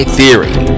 theory